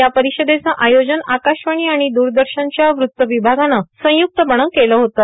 या परिषदेचं आयोजन आकाशवाणी आणि द्रदर्शनच्या वृत्त विभागानं संय्क्तपणं केलं होतं